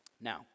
Now